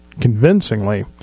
convincingly